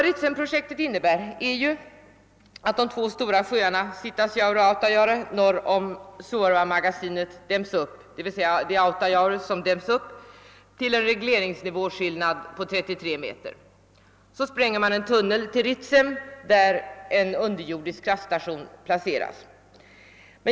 Ritsemprojektet innebär att de två stora sjöarna Sitasjaure och Autajaure norr om Suorvamagasinet däms upp med en regleringsnivåskillnad på 33 m. Från Autajaure sprängs en tunnel till Ritsem, där en underjordisk kraftstation placeras.